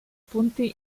punti